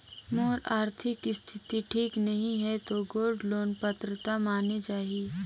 मोर आरथिक स्थिति ठीक नहीं है तो गोल्ड लोन पात्रता माने जाहि?